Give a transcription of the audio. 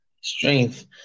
strength